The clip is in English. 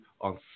on